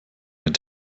den